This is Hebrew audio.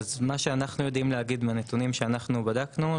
מה שאנחנו יודעים להגיד מהנתונים שאנחנו בדקנו,